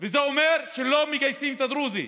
וזה אומר שלא מגייסים את הדרוזי.